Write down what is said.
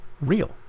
real